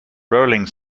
rolling